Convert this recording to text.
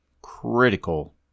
critical